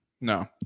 no